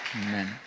Amen